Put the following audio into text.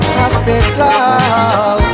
hospital